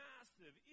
Massive